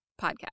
podcast